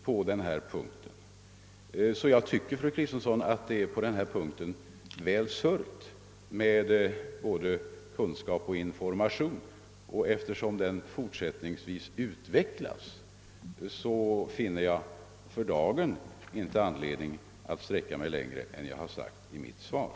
Jag tycker alltså, fru Kristensson, att det på denna punkt är väl sörjt för både kunskap och information, och eftersom verksamheten på området fortsättningsvis utvecklas finner jag för dagen inte anledning att sträcka mig längre än jag gjort i interpellationssvaret.